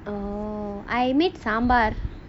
oh I made sambar